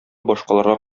башкаларга